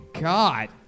God